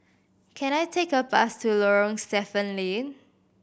can I take a bus to Lorong Stephen Lee